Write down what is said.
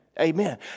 Amen